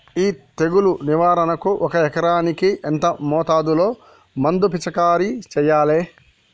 ఈ తెగులు నివారణకు ఒక ఎకరానికి ఎంత మోతాదులో మందు పిచికారీ చెయ్యాలే?